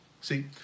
See